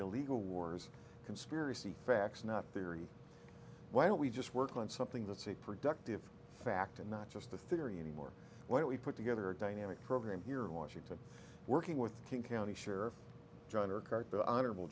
illegal wars conspiracy facts not theory why don't we just work on something that's a productive fact and not just a theory anymore when we put together a dynamic program here in washington working with king county sheriff